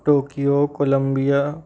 Tokyo Columbia